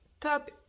top